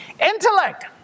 Intellect